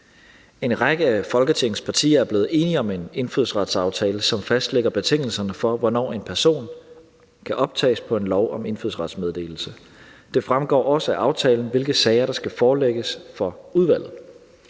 En række af Folketingets partier er blevet enige om en indfødsretsaftale, som fastlægger betingelserne for, hvornår en person kan optages på et lovforslag om indfødsretsmeddelelse. Det fremgår også af aftalen, hvilke sager der skal forelægges for udvalget.